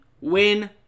win